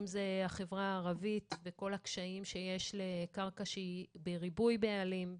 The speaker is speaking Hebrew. אם זה החברה הערבית וכל הקשיים שיש לקרקע שהיא בריבוי בעלים,